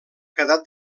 quedat